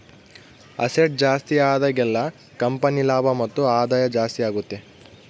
asset ಜಾಸ್ತಿ ಆದಾಗೆಲ್ಲ company ಲಾಭ ಮತ್ತು ಆದಾಯ ಜಾಸ್ತಿ ಆಗುತ್ತೆ